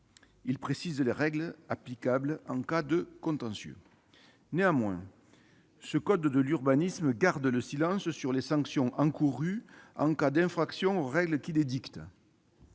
Il précise les règles applicables en cas de contentieux. Néanmoins, ce code de l'urbanisme garde le silence sur les sanctions encourues en cas d'infraction aux règles qu'il édicte.